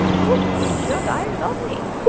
whoop, jug, i love thee!